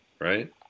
right